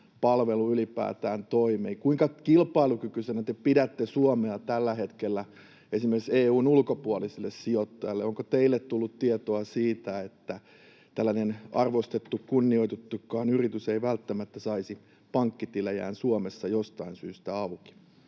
palvelu ylipäätään toimii. Kuinka kilpailukykyisenä te pidätte Suomea tällä hetkellä esimerkiksi EU:n ulkopuolisille sijoittajille? Onko teille tullut tietoa siitä, että tällainen arvostettu, kunnioitettukaan yritys ei välttämättä saisi pankkitilejään Suomessa jostain syystä auki?